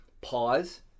pause